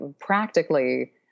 practically